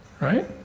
right